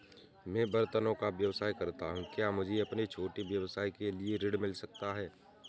मैं बर्तनों का व्यवसाय करता हूँ क्या मुझे अपने छोटे व्यवसाय के लिए ऋण मिल सकता है?